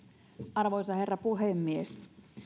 arvoisa herra puhemies